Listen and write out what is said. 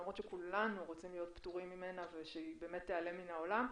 למרות שכולנו רוצים להיות פטורים ממנה ושהיא באמת תיעלם מן העולם,